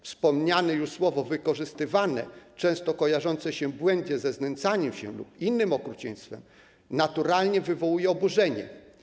Wspomniane już słowo „wykorzystywane”, często kojarzące się błędnie ze znęcaniem się lub z innym okrucieństwem, naturalnie wywołuje oburzenie.